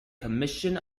commission